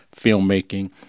filmmaking